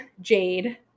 Jade